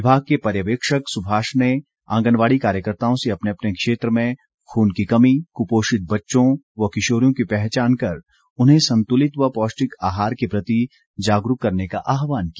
विभाग के पर्यवेक्षक सुभाष ने आंगनबाड़ी कार्यकर्ताओं से अपने अपने क्षेत्र में खून की कमी कुपोषित बच्चों व किशोरियों की पहचान कर उन्हें संतुलित व पौष्टिक आहार के प्रति जागरूक करने का आहवान किया